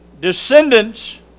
descendants